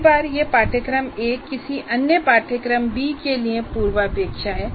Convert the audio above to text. कई बार यह पाठ्यक्रम ए किसी अन्य पाठ्यक्रम बी के लिए पूर्वापेक्षा है